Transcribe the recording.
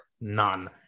none